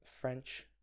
French